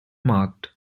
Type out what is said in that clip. marked